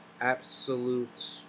Absolute